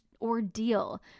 ordeal